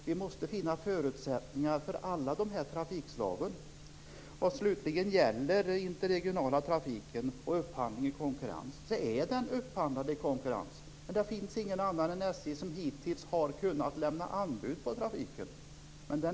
Vi måste finna förutsättningar för alla dessa trafikslag. Vad slutligen gäller den interregionala trafiken och upphandling i konkurrens är den trafiken upphandlad i konkurrens. Men det är ingen annan än SJ som hittills har kunnat lämna anbud på trafiken.